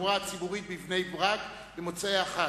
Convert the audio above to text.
התחבורה הציבורית בבני-ברק במוצאי החג.